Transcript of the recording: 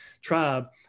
tribe